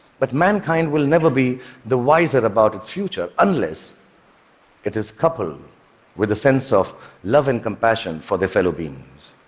but mankind will never be the wiser about its future unless it is coupled with a sense of love and compassion for their fellow beings.